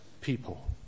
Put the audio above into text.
people